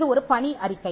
இது ஒரு பணி அறிக்கை